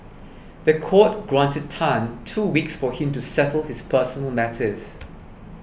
the court granted Tan two weeks for him to settle his personal matters